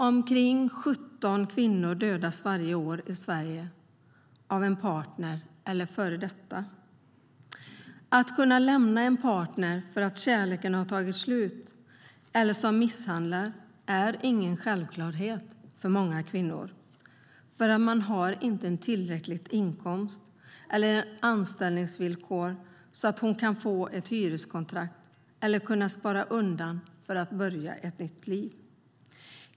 Omkring 17 kvinnor dödas varje år i Sverige av en partner eller en före detta partner. Att kunna lämna en partner för att kärleken har tagit slut eller lämna en partner som misshandlar är ingen självklarhet för många kvinnor, eftersom kvinnan inte har tillräcklig inkomst eller sådana anställningsvillkor att hon kan få ett hyreskontrakt eller kan spara undan för att börja ett nytt liv.